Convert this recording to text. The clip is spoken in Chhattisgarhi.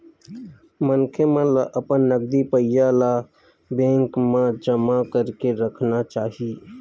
मनखे मन ल अपन नगदी पइया ल बेंक मन म जमा करके राखना चाही